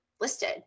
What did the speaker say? listed